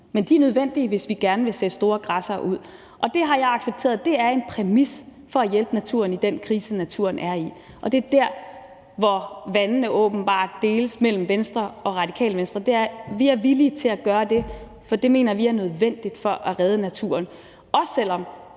Men de er nødvendige, hvis vi gerne vil sætte store græssere ud, og det har jeg accepteret. Det er en præmis for at hjælpe naturen i den krise, naturen er i. Og det er der, hvor vandene åbenbart skilles mellem Venstre og Radikale Venstre. Vi er villige til at gøre det, for det mener vi er nødvendigt for at redde naturen, også selv om